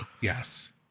Yes